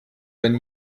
wenn